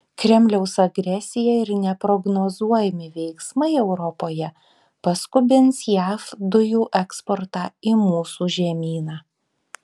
kremliaus agresija ir neprognozuojami veiksmai europoje paskubins jav dujų eksportą į mūsų žemyną